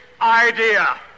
idea